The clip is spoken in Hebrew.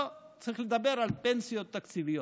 לא, צריך לדבר על פנסיות תקציביות,